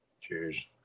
Cheers